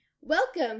welcome